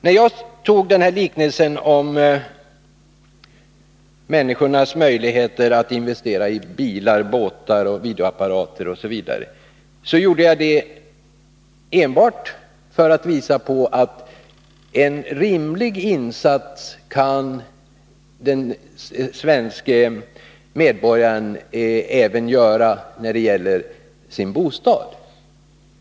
När jag använde liknelsen med människornas möjligheter att investera i bilar, båtar och videoapparater gjorde jag det enbart för att visa på att svensken i gemen kan göra en rimlig insats även när det gäller bostaden.